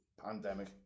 pandemic